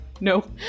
no